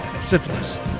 Syphilis